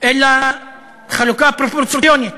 אלא חלוקה פרופורציונית.